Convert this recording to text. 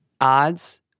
odds